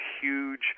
huge